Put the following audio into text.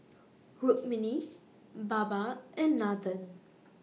Rukmini Baba and Nathan